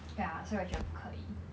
ya 所以我觉得不可以